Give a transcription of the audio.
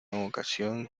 evocación